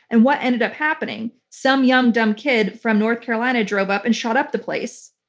and what ended up happening? some young, dumb kid from north carolina drove up and shot up the place.